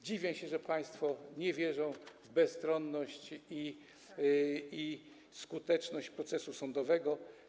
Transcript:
Dziwię się, że państwo nie wierzą w bezstronność i skuteczność procesu sądowego.